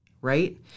Right